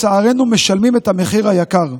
לצערנו, בלתי מעורבים משלמים את המחיר היקר.